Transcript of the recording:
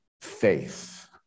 faith